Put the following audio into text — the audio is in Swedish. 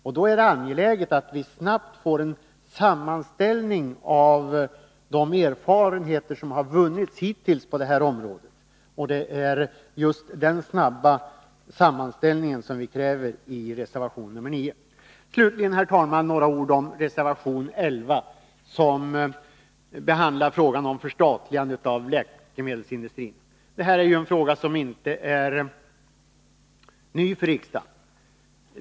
Och då är det angeläget att vi snabbt får en sammanställning av de erfarenheter som hittills vunnits på detta område. Det är just den snabba sammanställningen som vi kräver i reservation 9. Herr talman! Slutligen några ord om reservation 11, som behandlar frågan om förstatligande av läkemedelsindustrin. Det är en fråga som inte är ny för riksdagen.